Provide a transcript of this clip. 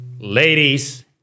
Ladies